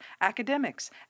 academics